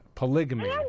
polygamy